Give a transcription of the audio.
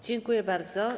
Dziękuję bardzo.